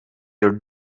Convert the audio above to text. your